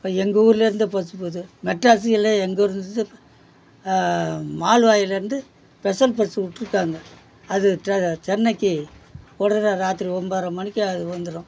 இப்போ எங்கள் ஊரிலேருந்து பஸ் போகுது மெட்ராஸ் எல்லாம் எங்கள் ஊரிலேருந்து மால்வாயிலேருந்து ஸ்பெசல் பஸ்ஸு விட்ருக்காங்க அது டெர சென்னைக்கு விடுற ராத்திரி ஒம்போதரை மணிக்கு அது வந்துடும்